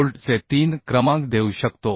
बोल्टचे 3 क्रमांक देऊ शकतो